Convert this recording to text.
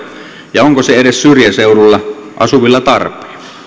ja onko se edes syrjäseudulla asuvilla tarpeen